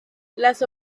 las